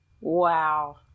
Wow